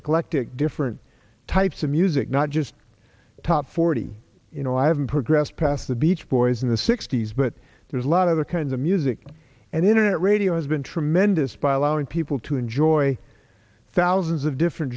eclectic different types of music not just top forty you know i haven't progressed past the beach boys in the sixty's but there's a lot of the kinds of music and internet radio has been tremendous by allowing people to enjoy thousands of different